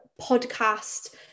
podcast